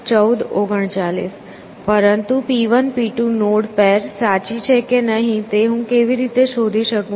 પરંતુ P1 P2 node pair સાચી છે કે નહીં તે હું કેવી રીતે શોધી શકું